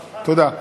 תודה.